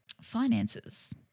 finances